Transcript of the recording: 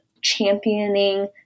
championing